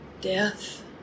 Death